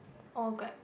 all get